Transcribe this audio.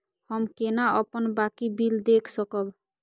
हम केना अपन बाँकी बिल देख सकब?